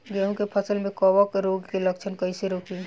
गेहूं के फसल में कवक रोग के लक्षण कईसे रोकी?